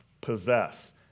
Possess